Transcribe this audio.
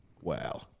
Wow